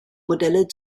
modelle